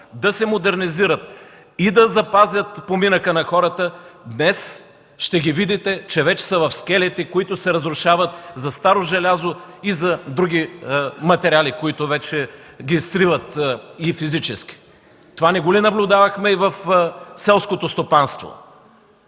да се модернизират и да запазят поминъка на хората, днес ще видите, че са в скелети, които се разрушават за старо желязо и за други материали, които ги сриват физически. Това не го ли наблюдавахме и в селското стопанство?